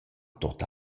tuot